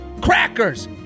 crackers